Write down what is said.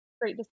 great